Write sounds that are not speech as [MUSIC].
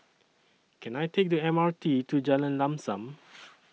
Can I Take The M R T to Jalan Lam SAM [NOISE]